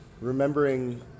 remembering